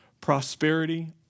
prosperity